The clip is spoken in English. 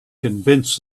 convince